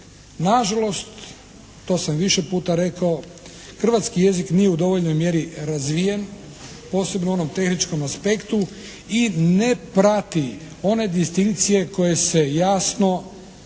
Nažalost, to sam više puta rekao, hrvatski jezik nije u dovoljnoj mjeri razvijen posebno u onom tehničkom aspektu i ne prati one distinkcije koje se jasno ističu